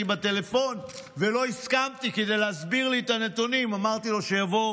בטלפון כדי להסביר לי את הנתונים ולא הסכמתי.